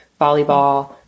volleyball